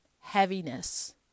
heaviness